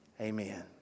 amen